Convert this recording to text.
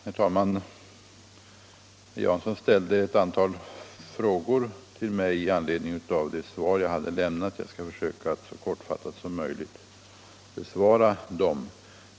Herr talman! Herr Jansson ställde ett antal frågor till mig med anledning av interpellationssvaret. Jag skall så kortfattat som möjligt försöka besvara dem.